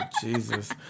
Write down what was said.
Jesus